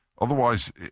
Otherwise